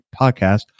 podcast